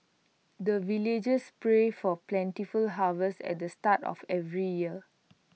the villagers pray for plentiful harvest at the start of every year